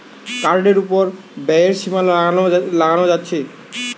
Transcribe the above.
কার্ডের উপর ব্যয়ের সীমা লাগানো যাচ্ছে